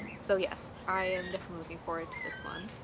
so yes, i am definitely looking forward to this one,